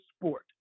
sport